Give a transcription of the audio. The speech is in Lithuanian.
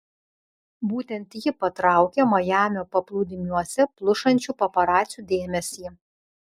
būtent ji patraukė majamio paplūdimiuose plušančių paparacių dėmesį